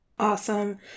Awesome